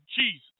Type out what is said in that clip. Jesus